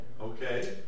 Okay